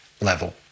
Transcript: level